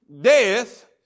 death